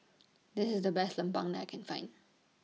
This IS The Best Lemang that I Can Find